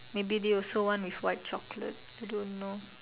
maybe they also want with white chocolate I don't know